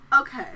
Okay